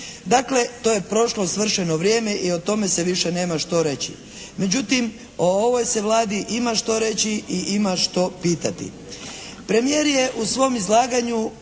Dakle to je prošlo svršeno vrijeme i o tome se više nema što reći. Međutim, o ovoj se Vladi ima što reći i ima što pitati. Premijer je u svom izlaganju,